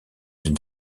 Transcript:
une